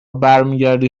برمیگردی